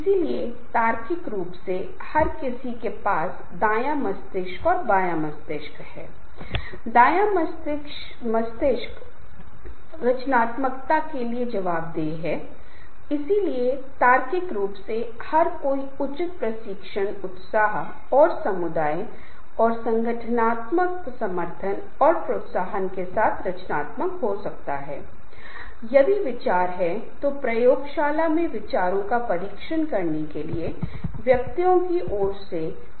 इसलिए औपचारिक लक्ष्य निर्धारित लक्ष्य दिए गए कार्य को प्राप्त करने के लिए ये चीजें बहुत महत्वपूर्ण हैं क्योंकि ये मानव स्वभाव और व्यवहार है कि एक बार जब हम किसी को पसंद करना शुरू करते हैं एक बार जब हम किसी पर विश्वास विकसित करते हैं तो एक बार हम किसी का सम्मान करते हैं किसी के संबंध में रहते है और जब हम संबंध देना शुरू करते हैं और संबंध बनाने लगते हैं तो चीजें काफी आसान हो जाती हैं और दिए गए समय के भीतर समय सीमा के भीतर हम कर सकते हैं हम अपने कर्तव्यों अपने कार्य या लक्ष्य को हमें सौंप सकते हैं